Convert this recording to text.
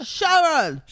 Sharon